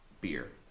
Beer